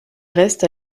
reste